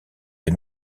des